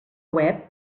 web